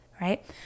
right